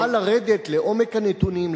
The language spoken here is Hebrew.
נוכל לרדת לעומק הנתונים,